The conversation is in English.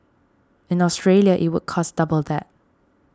in Australia it would cost double that